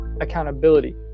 accountability